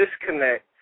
disconnect